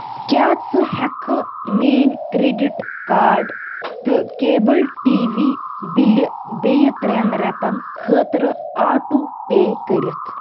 کیٛاہ ژٕ ہٮ۪کہٕ میٲنۍ کرٛیٚڈِٹ کاڈ تہٕ کیبٕل ٹی وی بِلہِ بییٚہِ ترٛین رٮ۪تن خٲطرٕ آٹو پے کٔرِتھ؟